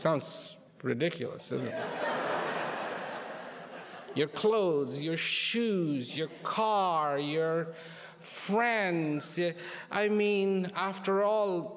sounds ridiculous of your clothes your shoes your car your friends i mean after all